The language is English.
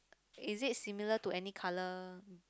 is it similar to any colour